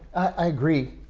i agree.